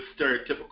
stereotypical